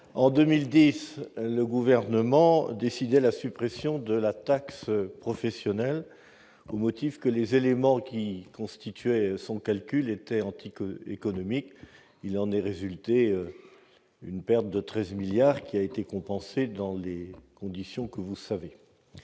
En 2010, le Gouvernement décidait la suppression de la taxe professionnelle au motif que les éléments servant à son calcul étaient anti-économiques. Il en est résulté une perte de 13 milliards d'euros, qui a été compensée dans les conditions que vous savez.